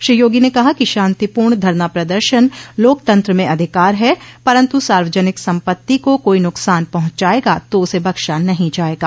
श्री योगी ने कहा कि शांतिपूर्ण धरना प्रदर्शन लोकतंत्र में अधिकार है परन्तु सार्वजनिक सम्पत्ति को कोई नुकसान पहुंचायेगा तो उसे बख्शा नहीं जायेगा